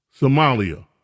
Somalia